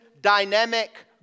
dynamic